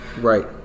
Right